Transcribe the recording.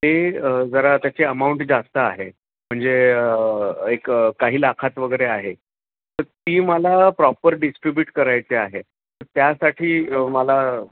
ते जरा त्याची अमाऊंट जास्त आहे म्हणजे एक काही लाखात वगैरे आहे तर ती मला प्रॉपर डिस्ट्रीिब्युट करायची आहे त्यासाठी मला